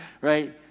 Right